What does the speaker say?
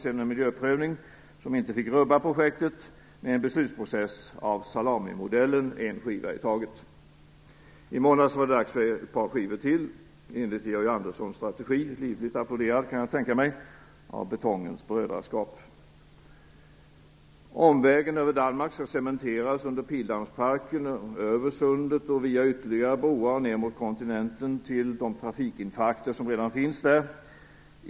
Sedan en miljöprövning som inte fick rubba projektet, med en beslutsprocess av salamimodell, en skiva i taget. I måndags var det dags för ett par skivor till - enligt Georg Anderssons strategi, livligt applåderad, kan jag tänka mig, av betongens brödraskap. Omvägen över Danmark skall cementeras under Pildammsparken, över sundet, via ytterligare broar, och ner till kontinenten och de trafikinfarkter som redan finns där.